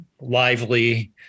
lively